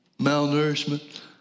malnourishment